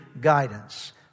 guidance